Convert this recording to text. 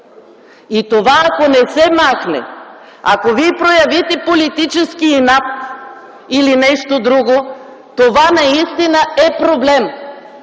Това, ако не се махне, ако вие проявите политически инат или нещо друго, това наистина е проблем.